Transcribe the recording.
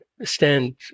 stand